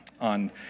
on